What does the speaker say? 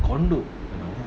condo you know